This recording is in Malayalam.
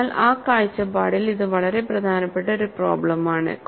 അതിനാൽ ആ കാഴ്ചപ്പാടിൽ ഇത് വളരെ പ്രധാനപ്പെട്ട ഒരു പ്രോബ്ലെമാണ്